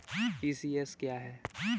ECS क्या है?